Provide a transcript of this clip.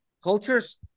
Cultures